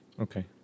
Okay